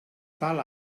tal